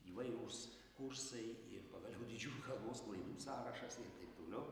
įvairūs kursai ir pagaliau didžiųjų kalbos klaidų sąrašas ir taip toliau